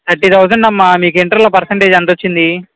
thirty thousand అమ్మ మీకు ఇంటర్లో పర్సంటేజ్ ఎంత వచ్చింది